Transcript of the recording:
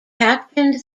captained